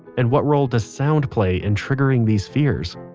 and what role does sound play in triggering these fears?